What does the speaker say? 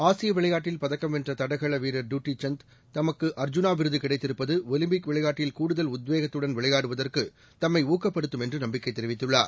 ஆசியவிளைாயாட்டில் பதக்கம் வென்றதடகளவீரர் டுட்டிசந்த் தனக்கு அர்ஜூனா விருதுகிடைத்திருப்பதுஒலிம்பிக் விளையாட்டில் கூடுதல் உத்வேகத்துடன் விளையாடுவதற்குதம்மைஊக்கப்படுத்தும் என்றுநம்பிக்கைதெரிவித்துள்ளார்